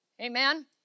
Amen